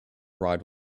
ride